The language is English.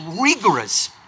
rigorous